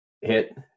hit